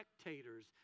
spectators